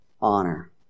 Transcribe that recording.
honor